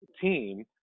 team